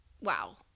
wow